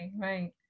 right